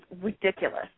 ridiculous